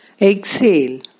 exhale